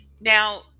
now